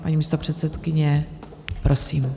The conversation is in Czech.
Paní místopředsedkyně, prosím.